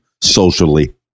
socially